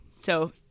so-